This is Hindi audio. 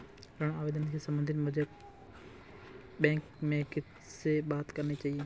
ऋण आवेदन के संबंध में मुझे बैंक में किससे बात करनी चाहिए?